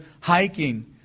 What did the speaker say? hiking